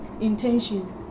intention